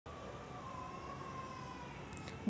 दोन एकर वावरावर कितीक कर्ज भेटू शकते?